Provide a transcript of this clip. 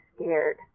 scared